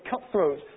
cutthroat